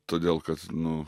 todėl kad nu